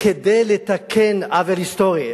כדי לתקן עוול היסטורי.